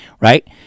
Right